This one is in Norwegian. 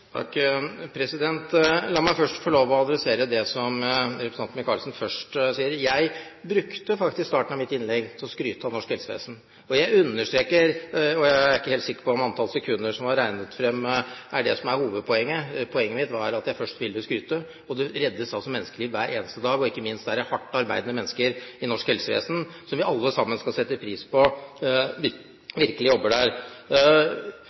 La meg først få lov til å adressere det som representanten Micaelsen først sa. Jeg brukte faktisk starten av mitt innlegg til å skryte av norsk helsevesen. Jeg er ikke helt sikker på at antall sekunder som er regnet fram, er det som er hovedpoenget. Poenget mitt er at jeg først ville skryte. Det reddes menneskeliv hver dag. Ikke minst er det hardt arbeidende mennesker i norsk helsevesen, som vi alle sammen skal sette pris på at virkelig jobber der.